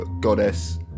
goddess